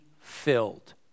filled